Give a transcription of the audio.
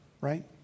right